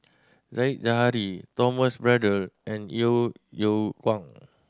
Said Zahari Thomas Braddell and Yeo Yeow Kwang